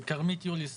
כבר כרמית יוליס